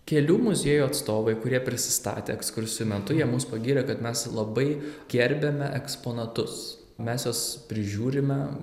kelių muziejų atstovai kurie prisistatė ekskursijų metu jie mus pagyrė kad mes labai gerbiame eksponatus mes juos prižiūrime